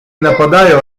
napadają